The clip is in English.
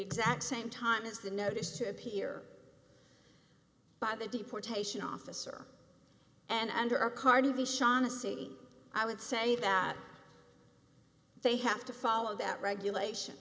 exact same time as the notice to appear by the deportation officer and under a car to be shaughnessy i would say that they have to follow that regulation